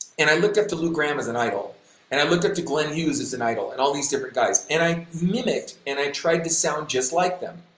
and i looked up to lou gramm as an idol and i looked up to glenn hughes as an idol and all these different guys and i mimicked and i tried to sound just like them.